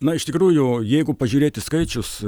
na iš tikrųjų jeigu pažiūrėt į skaičius